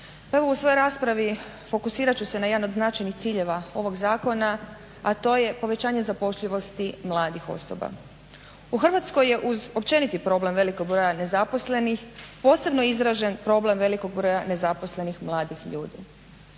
u svojoj raspravi fokusirat ću se na jedan od značajnih ciljeva ovog zakona, a to je povećanje zapošljivosti mladih osoba. U Hrvatskoj je uz općeniti problem velikog broja nezaposlenih posebno izražen problem velikog broja nezaposlenih mladih ljudi.